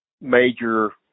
major